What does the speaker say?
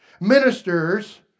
ministers